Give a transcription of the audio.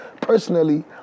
personally